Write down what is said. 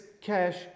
cash